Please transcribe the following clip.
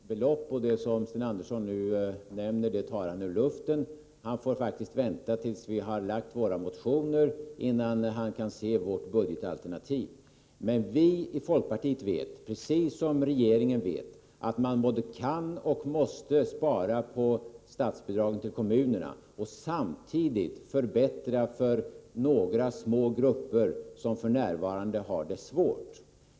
Herr talman! Jag har inte nämnt något belopp. Det som Sten Andersson nu nämner tar han ur luften. Han får faktiskt vänta tills vi har lagt fram våra motioner innan han kan kommentera vårt budgetalternativ. Men vi i folkpartiet vet, precis som regeringen, att man både kan och måste spara på statsbidragen till kommunerna samtidigt som man förbättrar för några små grupper som f.n har det svårt.